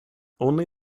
only